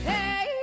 Hey